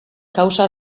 kausa